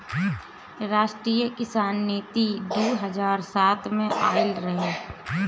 राष्ट्रीय किसान नीति दू हज़ार सात में आइल रहे